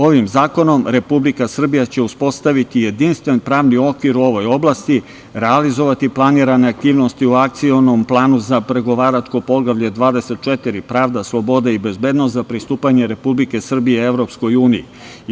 Ovim zakonom Republika Srbija će uspostaviti jedinstven pravni okvir u ovoj oblasti, realizovati planirane aktivnosti u Akcionom planu za Pregovaračko poglavlje 24 – pravda, sloboda i bezbednost za pristupanje Republike Srbije Evropskoj uniji.